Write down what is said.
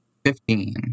Fifteen